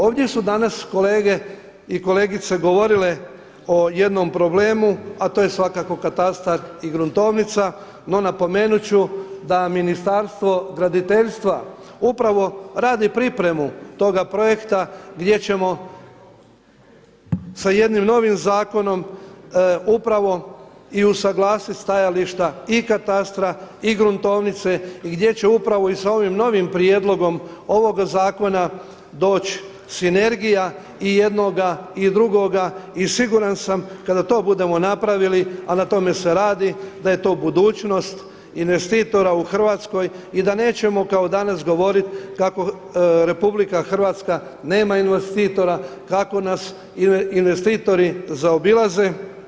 Ovdje su danas kolegice i kolege govorile o jednom problemu, a to je svakako katastar i gruntovnica, no napomenut ću da Ministarstvo graditeljstva upravo radi pripremu toga projekta gdje ćemo sa jednim novim zakonom upravo i usuglasiti stajališta i katastra i gruntovnice i gdje će upravo i sa ovim novim prijedlogom ovoga zakona doći sinergija i jednoga i drugoga i siguran sam kada to budemo napravili, a na tome se radi da je to budućnost investitora u Hrvatskoj i da nećemo kao danas govoriti kako RH nema investitora, kako nas investitori zaobilaze.